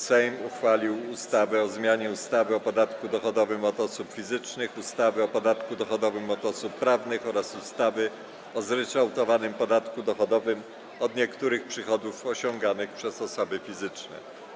Sejm uchwalił ustawę o zmianie ustawy o podatku dochodowym od osób fizycznych, ustawy o podatku dochodowym od osób prawnych oraz ustawy o zryczałtowanym podatku dochodowym od niektórych przychodów osiąganych przez osoby fizyczne.